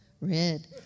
Red